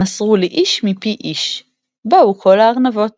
מסרו לי איש מפי איש באו כל הארנבות.